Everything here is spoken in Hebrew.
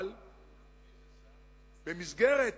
אבל במסגרת